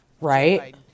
Right